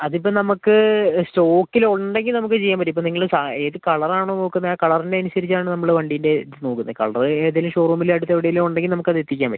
അതിപ്പോൾ നമുക്ക് സ്റ്റോക്കിൽ ഉണ്ടെങ്കിൽ നമുക്ക് ചെയ്യാൻ പറ്റും ഇപ്പോൾ നിങ്ങൾ സാ ഏത് കളറാണോ നോക്കുന്നത് ആ കളറിന് അനുസരിച്ച് ആണ് നമ്മൾ വണ്ടീൻ്റെ ഇത് നോക്കുന്നത് കളർ ഏതെങ്കിലും ഷോറൂമിൽ അടുത്ത് എവിടെയെങ്കിലും ഉണ്ടെങ്കിൽ നമുക്ക് അത് എത്തിക്കാൻ പറ്റും